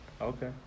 Okay